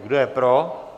Kdo je pro?